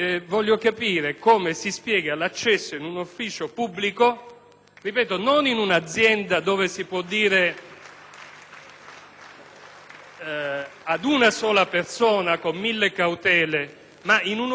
dire ad una sola persona con mille cautele, ma in un ufficio pubblico: come si fa a garantire un accesso che non sia svelabile perlomeno nei termini generali.